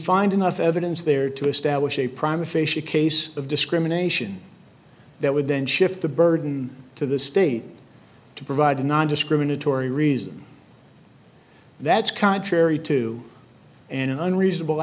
find enough evidence there to establish a problem a fish a case of discrimination that would then shift the burden to the state to provide a nondiscriminatory reason that's contrary to an unreasonable